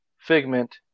figment